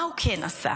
מה הוא כן עשה?